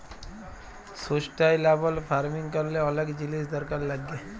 sustainable farming ক্যরলে অলেক জিলিস দরকার লাগ্যে